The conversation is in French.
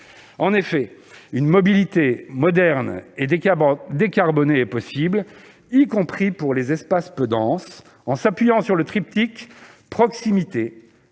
En effet, une mobilité moderne et décarbonée est possible, y compris pour les espaces peu denses, en s'appuyant sur le triptyque